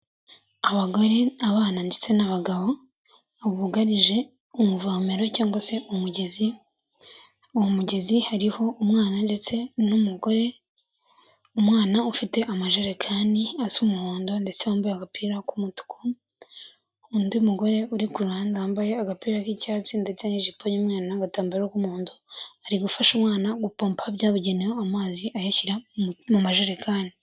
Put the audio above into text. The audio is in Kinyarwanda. Abagore, abana ndetse n'abagabo bugarije umuvomero cyangwa se umugezi uwo mugezi hariho umwana ndetse n'umugore, umwana ufite amajerekani asa umuhondo ndetse yambaye agapira k'umutuku, undi mugore uri ku ruhande wambaye agapira k'icyatsi ndetse n'ijipo y'umweru n'agatambaro k'umuhondo ari gufasha umwana gupompa byabugenewe amazi ayashyira mu majerekani.